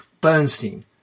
Bernstein